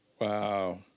wow